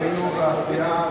אצלנו בסיעה,